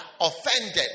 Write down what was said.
offended